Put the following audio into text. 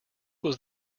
was